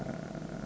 uh